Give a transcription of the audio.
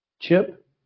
Chip